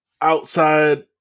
outside